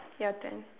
your turn